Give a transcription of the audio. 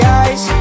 eyes